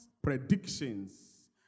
predictions